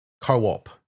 co-op